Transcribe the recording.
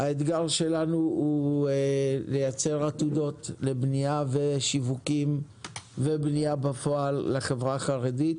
והאתגר שלנו הוא לייצר עתודות לבניה ושיווקים ובניה בפועל לחברה החרדית.